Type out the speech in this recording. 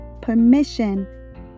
permission